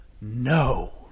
no